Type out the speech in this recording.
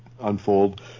unfold